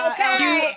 Okay